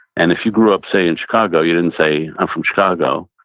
and if you grew up, say, in chicago, you didn't say, i'm from chicago,